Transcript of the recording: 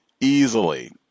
easily